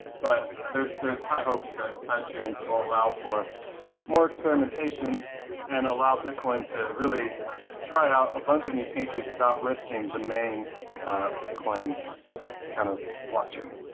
but there's there's high hopes that side chains will allow for more experimentation and allow bitcoin to really try out a bunch of new features without risking the main bitcoin kind of blockchain.